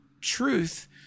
truth